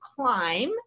Climb